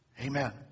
Amen